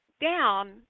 down